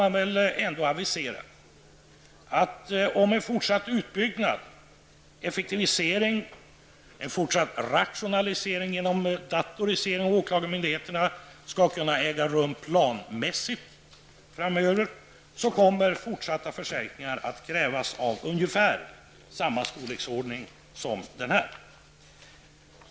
Jag vill också avisera att om en fortsatt utbyggnad och effektivisering, en fortsatt rationalisering genom datorisering av åklagarmyndigheterna framöver skall kunna äga rum planmässigt kommer fortsatta förstärkningar av ungefär samma storleksordning som den här att krävas.